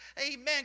Amen